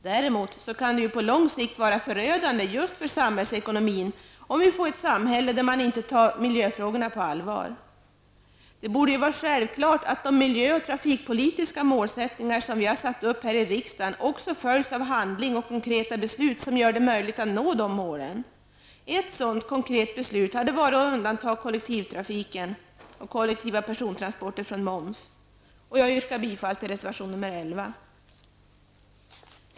Däremot kan det på lång sikt vara förödande för samhällsekonomin om vi får ett samhälle där man inte tar miljöfrågorna på allvar. Det borde vara självklart att de miljö och trafikpolitiska mål som vi har satt upp här i riksdagen också följs av handling och konkreta beslut som gör det möjligt att nå målen. Ett sådant konkret beslut skulle ha kunnat vara att undanta kollektiva persontransporter från moms. Jag yrkar bifall till reservation nr 11.